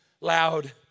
loud